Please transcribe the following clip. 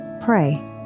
pray